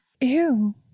Ew